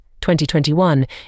2021